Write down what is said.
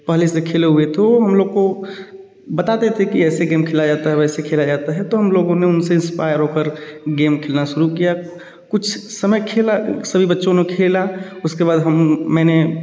पहले से खेले हुए थे वो हम लोग को बताते थे कि ऐसे गेम खेला जाता है वैसे खेला जाता है तो हम लोगों ने उनसे इंस्पायर होकर गेम खेलना शुरू किया कुछ समय खेला सभी बच्चों ने खेला उसके बाद हम मैंने